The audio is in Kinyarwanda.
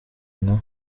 nka